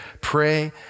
pray